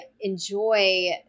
enjoy